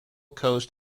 coast